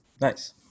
Nice